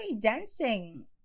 dancing